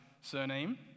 surname